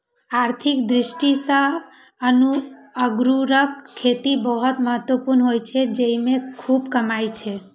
आर्थिक दृष्टि सं अंगूरक खेती बहुत महत्वपूर्ण होइ छै, जेइमे खूब कमाई छै